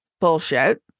bullshit